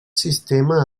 sistema